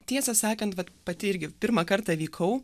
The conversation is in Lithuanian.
tiesą sakant vat pati irgi pirmą kartą vykau